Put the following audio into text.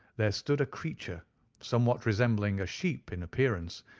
there stood a creature somewhat resembling a sheep in appearance,